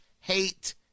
hate